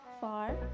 far